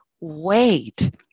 wait